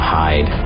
hide